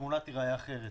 התמונה תיראה אחרת.